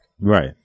right